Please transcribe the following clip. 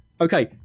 Okay